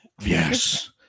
Yes